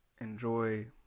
enjoy